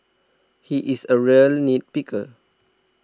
he is a real nit picker